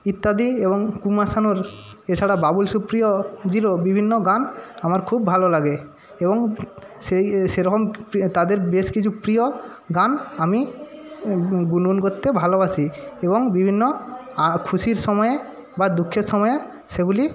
ইত্যাদি এবং কুমার শানুর এছাড়া বাবুল সুপ্রিয়জীরও বিভিন্ন গান আমার খুব ভালো লাগে এবং সেই সেরকম তাদের বেশ কিছু প্রিয় গান আমি গুনগুন করতে ভালোবাসি এবং বিভিন্ন খুশির সময়ে বা দুঃখের সময়ে সেগুলি